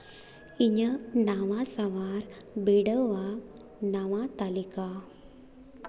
ᱤᱧᱟᱹᱜ ᱱᱟᱣᱟ ᱥᱟᱶᱟᱨ ᱵᱤᱰᱟᱹᱣᱟᱜ ᱱᱟᱣᱟ ᱛᱟᱹᱞᱤᱠᱟ